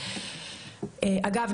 אגב,